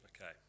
Okay